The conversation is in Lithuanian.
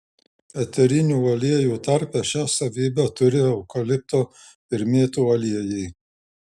eterinių aliejų tarpe šią savybę turi eukalipto ir mėtų aliejai